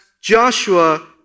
Joshua